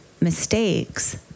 mistakes